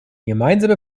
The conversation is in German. gemeinsame